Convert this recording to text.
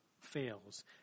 fails